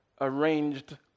arranged